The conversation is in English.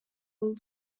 all